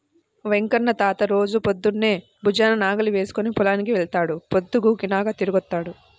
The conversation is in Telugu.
వెంకన్న తాత రోజూ పొద్దన్నే భుజాన నాగలి వేసుకుని పొలానికి వెళ్తాడు, పొద్దుగూకినాకే తిరిగొత్తాడు